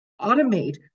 automate